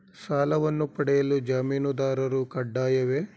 ಸಾಲವನ್ನು ಪಡೆಯಲು ಜಾಮೀನುದಾರರು ಕಡ್ಡಾಯವೇ?